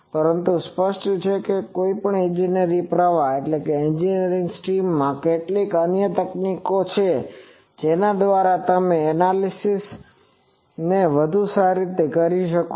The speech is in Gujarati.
પરંતુ સ્પષ્ટ છે કે કોઈપણ ઇજનેરી પ્રવાહમાં કેટલીક અન્ય તકનીકો છે જેના દ્વારા તમે આ એનાલિસીસને વધુ સારી રીતે કરી શકો છો